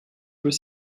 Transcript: peut